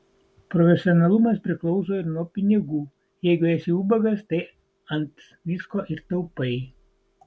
profesionalumas priklauso ir nuo pinigų jeigu esi ubagas tai ant visko ir taupai